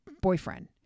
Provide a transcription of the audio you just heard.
boyfriend